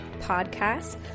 Podcast